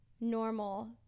normal